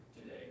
today